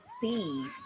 see